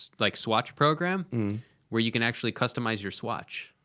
like swatch program where you can actually customize your swatch.